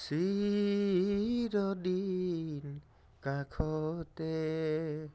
চিৰদিন কাষতে